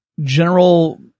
general